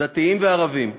דתיים וערבים,